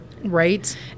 Right